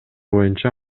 боюнча